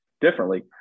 differently